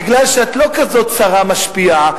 מכיוון שאת לא כזאת שרה משפיעה,